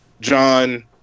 John